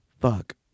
Fuck